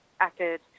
acted